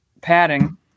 padding